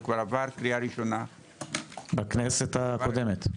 זה כבר עבר קריאה ראשונה בכנסת הקודמת.